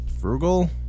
frugal